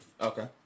Okay